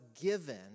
given